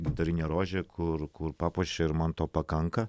gintarinė rožė kur kur papuošia ir man to pakanka